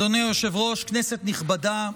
אדוני היושב-ראש, כנסת נכבדה,